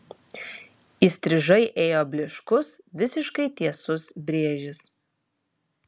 įstrižai ėjo blyškus visiškai tiesus brėžis